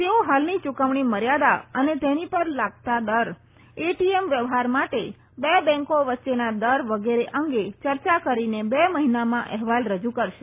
તેઓ ફાલની ચુકવણી મર્યાદા અને તેની પર લાગતા દર એટીએમ વ્યવફાર માટે બે બેંકો વચ્ચેના દર વગેરે અંગે ચર્ચા કરીને બે મફિનામાં અહેવાલ રજુ કરશે